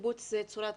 הקיבוץ היא צורת